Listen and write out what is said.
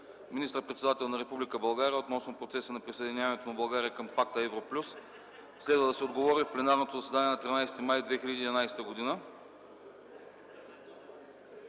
министър-председател на Република България, относно „Процеса на присъединяването на България към Пакта „Евро плюс”. Следва да се отговори в пленарното заседание на 13 май 2011 г.